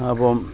അപ്പം